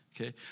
okay